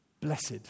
Blessed